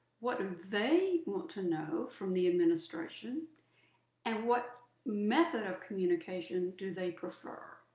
what and they want to know from the administration and what method of communication do they prefer.